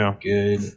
Good